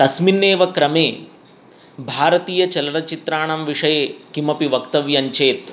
तस्म्मिन्नेव क्रमे भारतीय चलनचित्राणां विषये किमपि वक्तव्यञ्चेत्